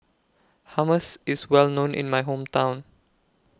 Hummus IS Well known in My Hometown